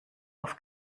auf